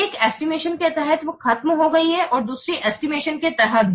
एक एस्टिमेशन के तहत खत्म हो गयी है और दूसरी एस्टिमेशन के तहत है